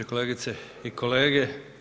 Kolegice i kolege.